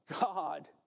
God